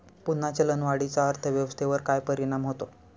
पुन्हा चलनवाढीचा अर्थव्यवस्थेवर काय परिणाम होतो